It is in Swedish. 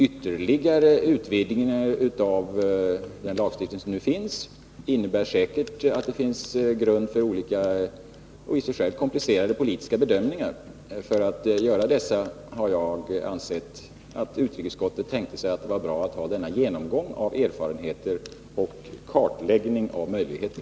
Ytterligare utvidgning av den lagstiftning som nu finns innebär säkert att det finns grund för olika och i sig själva komplicerade politiska bedömningar. För att göra sådana bedömningar har jag förutsatt att utrikesutskottet tänkte sig att det var bra att få en genomgång av erfarenheter och kartläggning av möjligheter.